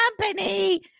company